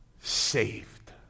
saved